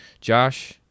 Josh